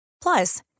Plus